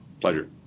Pleasure